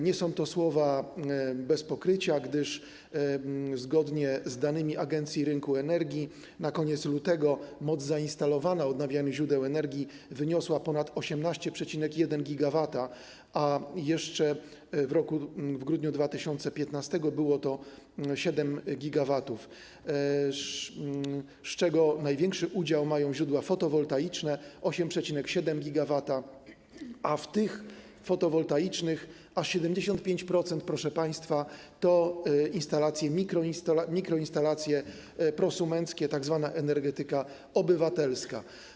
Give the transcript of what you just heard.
Nie są to słowa bez pokrycia, gdyż zgodnie z danymi Agencji Rynku Energii na koniec lutego moc zainstalowana odnawialnych źródeł energii wyniosła ponad 18,1 GW, a jeszcze w grudniu 2015 r. było to 7 GW, z czego największy udział mają źródła fotowoltaiczne - 8,7 GW, a w tych fotowoltaicznych aż 75%, proszę państwa, to mikroinstalacje prosumenckie, tzw. energetyka obywatelska.